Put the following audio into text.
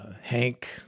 Hank